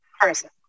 person